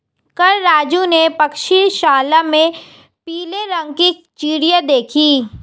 कल राजू ने पक्षीशाला में पीले रंग की चिड़िया देखी